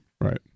Right